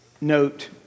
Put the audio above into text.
note